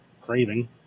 Craving